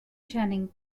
channing